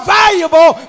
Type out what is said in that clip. valuable